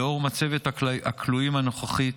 לאור מצבת הכלואים הנוכחית,